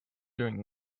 during